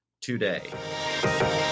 today